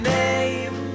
name